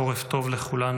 חורף טוב לכולנו,